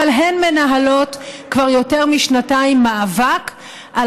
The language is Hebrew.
אבל הן מנהלת כבר יותר משנתיים מאבק על